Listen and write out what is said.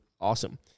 awesome